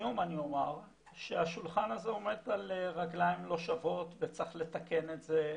לסיום אני אומר שהשולחן הזה עומד על רגליים לא שוות וצריך לתקן את זה.